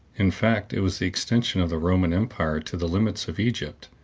in fact, it was the extension of the roman empire to the limits of egypt,